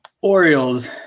Orioles